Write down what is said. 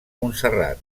montserrat